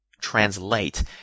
translate